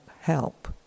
help